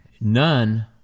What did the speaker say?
none